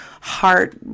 heart